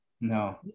No